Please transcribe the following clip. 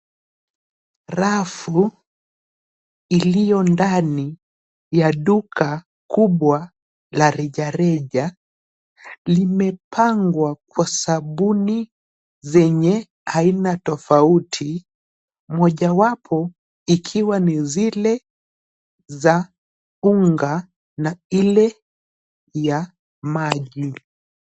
Rafu iliyo ndani ya duka kubwa la rejareja limepangwa kwa sabuni zenye aina tofauti mojawapo ikiwa ni zile za unga na ile ya maji.